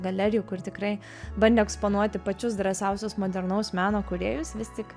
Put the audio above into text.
galerijų kur tikrai bandė eksponuoti pačius drąsiausius modernaus meno kūrėjus vis tik